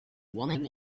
woman